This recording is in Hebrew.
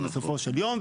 ובסופו של יום,